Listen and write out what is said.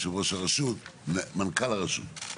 מנכ"ל הרשות.